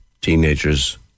teenagers